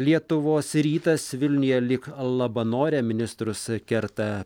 lietuvos rytas vilniuje lyg labanore ministrus kerta